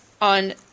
On